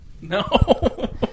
No